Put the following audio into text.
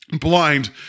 blind